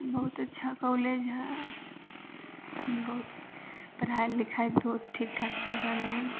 बहुत अच्छा कॉलेज हइ बहुत पढ़ाइ लिखाइ बहुत ठीक ठाक चलि रहलै हन